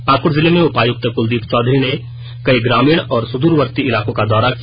पाकुड़ जिले में उपायुक्त कुलदीप चौधरी ने कई ग्रामीण और सुदूरवर्ती इलाकों का दौरा किया